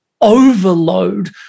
overload